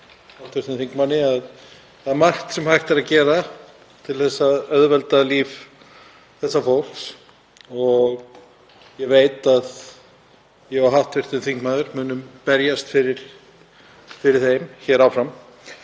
hv. þingmanni að það er margt sem hægt er að gera til að auðvelda líf þessa fólks og ég veit að ég og hv. þingmaður munum berjast fyrir þeim hér áfram.